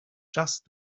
just